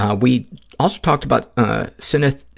ah we also talked about ah synesthesia,